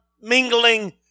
mingling